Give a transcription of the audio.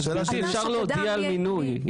לדעתי אפשר להודיע על מינוי,